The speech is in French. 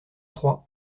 trois